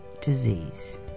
disease